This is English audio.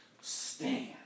stand